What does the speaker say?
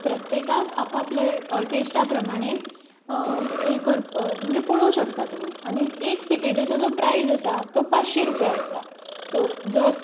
so प्रत्येकाक आप आपल्या टेस्टा प्रमाणें ए करपाक म्हणजें पळोवंक शकता तुमी आनी एक टिकेटीचो जो प्रायज आसा तो पांचशी रुपया आसता सो जर